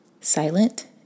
silent